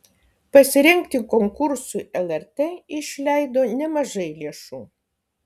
pasirengti konkursui lrt išleido nemažai lėšų